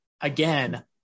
again